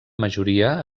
majoria